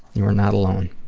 you are not alone.